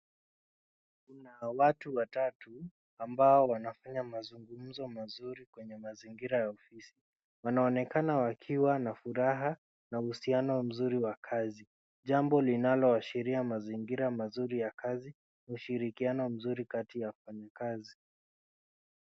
Kuna watu watatu ambao wanafanya mazungumzo mazuri kwenye mazingira ya ofisi, wanaonekana wakiwa na furaha na uhusiano mzuri wa kazi jambo linaloashiria mazingira mazuri ya kazi ushirikiano mzuri kati ya wafanyikazi.